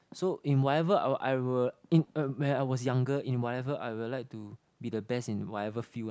so in whatever I will when I was younger in whatever I will like to be the best in whatever field lah